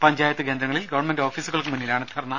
പഞ്ചായത്ത് കേന്ദ്രങ്ങളിൽ ഗവൺമെന്റ് ഓഫീസുകൾക്ക് മുന്നിലാണ് ധർണ